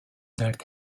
earth